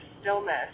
stillness